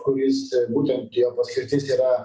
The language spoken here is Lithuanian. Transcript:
kuris būtent jo paskirtis yra